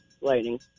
Lightning